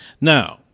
Now